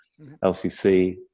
LCC